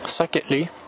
Secondly